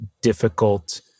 difficult